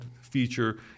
feature